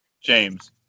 James